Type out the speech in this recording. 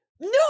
no